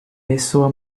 pessoa